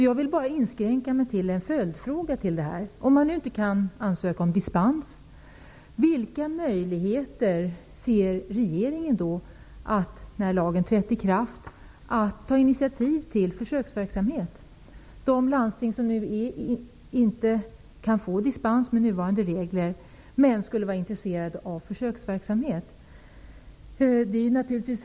Jag vill inskränka mig till att ställa en följdfråga: Detta gäller de landsting som med nuvarande regler inte kan få dispens men som är intresserade av försöksverksamhet. Herr talman!